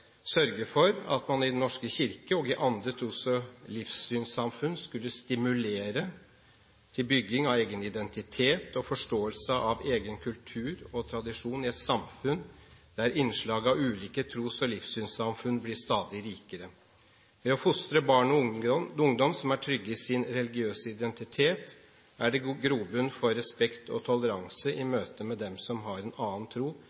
sørge for at man i Den norske kirke og i andre tros- og livssynssamfunn skulle stimulere «til bygging av egen identitet og forståelse av egen kultur og tradisjoner i et samfunn der innslaget av ulike tros- og livssynssamfunn blir stadig rikere. Ved å fostre ungdom som er trygge i sin identitet, er det grobunn for respekt og toleranse i